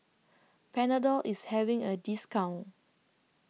Panadol IS having A discount